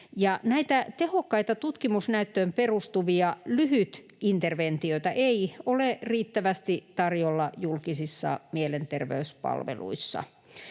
tehokkaita, tutkimusnäyttöön perustuvia lyhytinterventioita ei ole riittävästi tarjolla julkisissa mielenterveyspalveluissa.